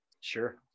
Sure